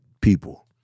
people